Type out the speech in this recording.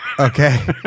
Okay